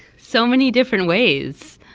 so many different ways.